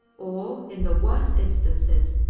or, in the worst instances,